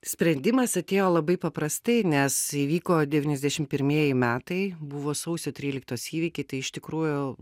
sprendimas atėjo labai paprastai nes įvyko devyniasdešim pirmieji metai buvo sausio tryliktos įvykiai tai iš tikrųjų